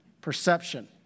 perception